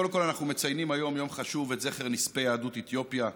קודם כול אנחנו מציינים יום חשוב לזכר נספי יהדות אתיופיה,